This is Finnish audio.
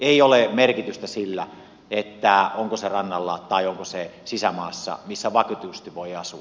ei ole merkitystä sillä onko se rannalla tai onko se sisämaassa missä vakituisesti voi asua